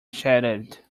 shattered